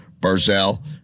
Barzell